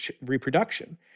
reproduction